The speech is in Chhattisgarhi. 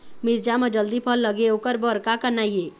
मिरचा म जल्दी फल लगे ओकर बर का करना ये?